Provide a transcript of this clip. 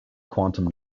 quantum